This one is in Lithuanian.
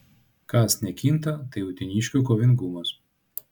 kas nekinta tai uteniškių kovingumas